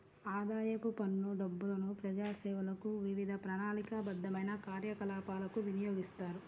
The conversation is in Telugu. ఆదాయపు పన్ను డబ్బులను ప్రజాసేవలకు, వివిధ ప్రణాళికాబద్ధమైన కార్యకలాపాలకు వినియోగిస్తారు